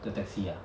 the taxi ah